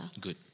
Good